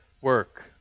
work